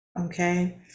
okay